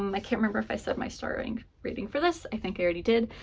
um i can't remember if i said my star rating rating for this. i think i already did,